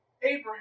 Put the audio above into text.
Abraham